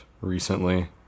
recently